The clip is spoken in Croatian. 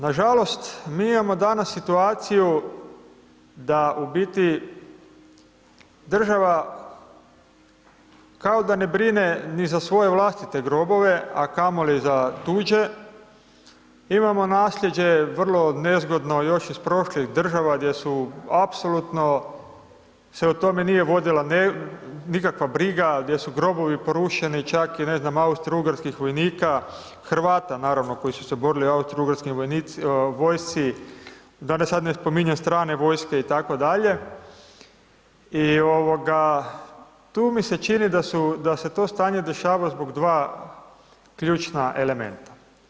Nažalost mi imamo danas situaciju da u biti država kao da ne brine ni za svoje vlastite grobove, a kamoli za tuđe, imamo nasljeđe vrlo nezgodno još iz prošlih država gdje su apsolutno se o tome nije vodila nikakva briga, gdje su grobovi porušeni, čak ne znam i Austro-Ugarskih vojnika, Hrvata naravno koji su se borili u Austro-Ugarskoj vojsci, da sad ne spominjem strane vojske itd. i tu mi se čini da se to stanje dešava zbog dva ključna elementa.